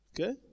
okay